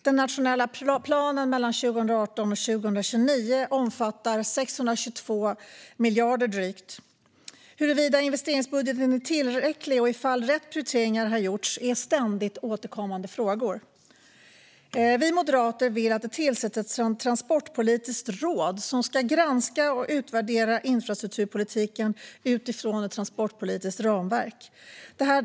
Den nationella planen 2018-2029 omfattar drygt 622 miljarder. Huruvida investeringsbudgeten är tillräcklig och om rätt prioriteringar har gjorts är ständigt återkommande frågor. Vi moderater vill att det tillsätts ett transportpolitiskt råd som ska granska och utvärdera infrastrukturpolitiken utifrån ett transportpolitiskt ramverk.